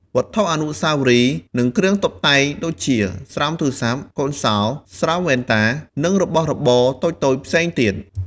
វត្ថុអនុស្សាវរីយ៍ និងគ្រឿងតុបតែង ដូចជា ស្រោមទូរស័ព្ទ កូនសោ ស្រោមវ៉ែនតា និងរបស់របរតូចៗផ្សេងទៀត។